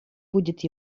будет